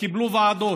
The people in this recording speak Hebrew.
וקיבלו ועדות.